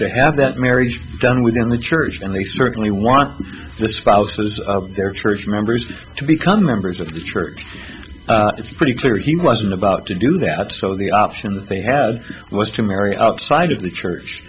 to have that marriage done within the church and they certainly want the spouses of their church members to become members of the church it's pretty clear he wasn't about to do that so the option that they had was to marry outside of the